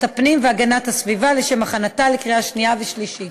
הפנים והגנת הסביבה לשם הכנתה לקריאה שנייה ושלישית.